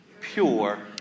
Pure